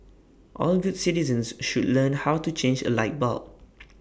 all good citizens should learn how to change A light bulb